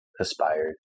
aspired